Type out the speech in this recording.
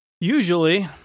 Usually